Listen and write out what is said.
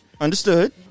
Understood